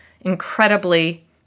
incredibly